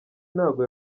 ntago